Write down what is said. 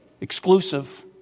Exclusive